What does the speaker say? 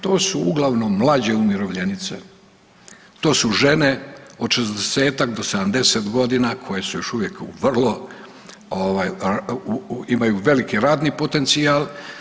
To su uglavnom mlađe umirovljenice, to su žene od 60-tak do 70 godina koje su još uvijek u vrlo ovaj imaju veliki radni potencijal.